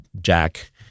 Jack